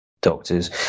doctors